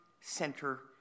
center